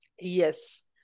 Yes